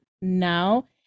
now